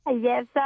Yes